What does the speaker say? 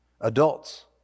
Adults